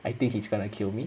I think he's gonna kill me